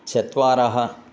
चत्वारः